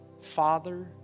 Father